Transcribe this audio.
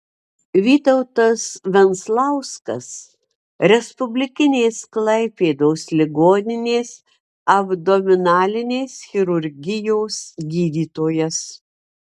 vytautas venclauskas respublikinės klaipėdos ligoninės abdominalinės chirurgijos gydytojas